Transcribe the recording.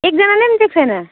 एकजनाले पनि दिएको छैन